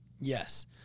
Yes